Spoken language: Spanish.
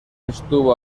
estuvo